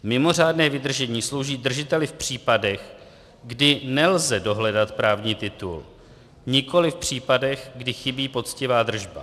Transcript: Mimořádné vydržení slouží držiteli v případech, kdy nelze dohledat právní titul, nikoliv v případech, kdy chybí poctivá držba.